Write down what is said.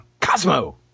Cosmo